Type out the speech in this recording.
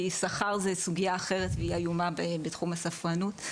כי שכר זה סוגיה אחרת והיא איומה בתחום הספרנות.